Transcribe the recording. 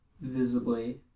visibly